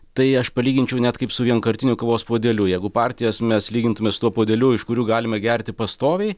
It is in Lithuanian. tai aš palyginčiau net kaip su vienkartiniu kavos puodeliu jeigu partijas mes lygintume su tuo puodeliu iš kurių galime gerti pastoviai